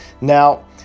Now